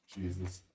Jesus